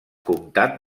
comtat